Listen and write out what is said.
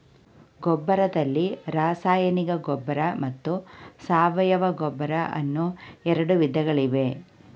ಗೊಬ್ಬರದಲ್ಲಿ ರಾಸಾಯನಿಕ ಗೊಬ್ಬರ ಮತ್ತು ಸಾವಯವ ಗೊಬ್ಬರ ಅನ್ನೂ ಎರಡು ವಿಧಗಳಿವೆ